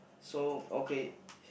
so okay